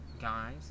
guys